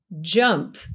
jump